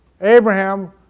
Abraham